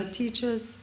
teachers